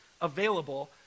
available